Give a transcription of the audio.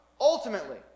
ultimately